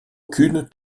aucune